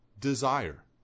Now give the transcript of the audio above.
desire